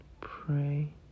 pray